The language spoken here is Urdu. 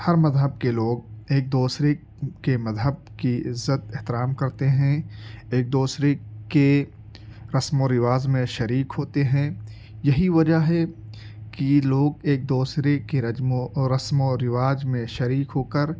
ہر مذہب کے لوگ ایک دوسرے کے مذہب کی عزت احترام کرتے ہیں ایک دوسرے کے رسم و رواج میں شریک ہوتے ہیں یہی وجہ ہے کہ لوگ ایک دوسرے کے رجمو رسم و رواج میں شریک ہو کر